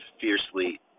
fiercely